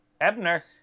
Ebner